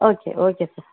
okay okay sir